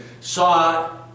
saw